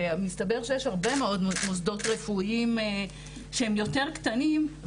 ומסתבר שיש הרבה מאד מוסדות רפואיים שהם יותר קטנים,